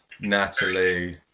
Natalie